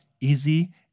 easy